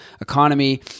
economy